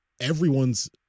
everyone's